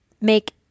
make